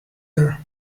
her